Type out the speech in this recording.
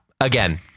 again